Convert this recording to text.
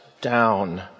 down